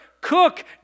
cook